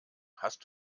hast